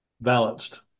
balanced